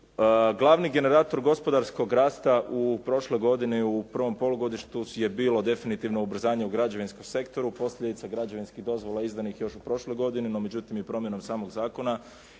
Glavni generator gospodarskog rasta prošle godine u prvom polugodištu je bilo definitivno ubrzanje u građevinskom sektoru, posljedica građevinskih dozvola izdanih još prošle godine, no međutim je promjenom samog zakona